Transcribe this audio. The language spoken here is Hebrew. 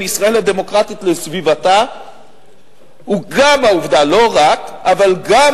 ישראל הדמוקרטית לסביבתה היא גם העובדה,